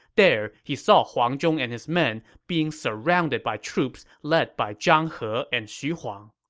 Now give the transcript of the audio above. there, he saw huang zhong and his men being surrounded by troops led by zhang he and xu huang.